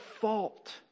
fault